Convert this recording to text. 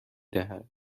دهد